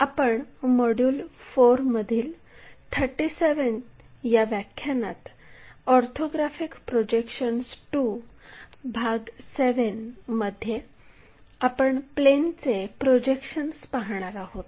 आपण मॉड्यूल 4 मधील 37 व्या व्याख्यानात ऑर्थोग्राफिक प्रोजेक्शन्स II भाग 7 मध्ये आपण प्लेनचे प्रोजेक्शन्स पाहणार आहोत